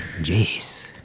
Jeez